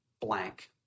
blank